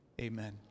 amen